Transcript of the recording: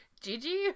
Gigi